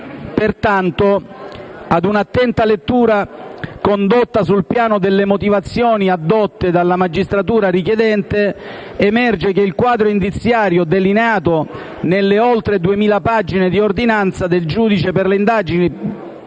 Pertanto, ad un'attenta lettura condotta sul piano delle motivazioni addotte dalla magistratura richiedente, emerge che il quadro indiziario delineato nelle oltre 2.000 pagine di ordinanza del giudice per le indagini